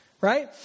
right